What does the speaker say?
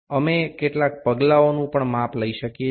আমরা ধাপে ধাপে ও পরিমাপ টি করতে পারি